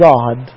God